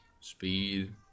speed